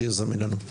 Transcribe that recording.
שיהיה זמין לנו.